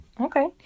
Okay